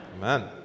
Amen